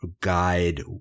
guide